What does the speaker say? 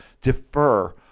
defer